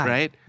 Right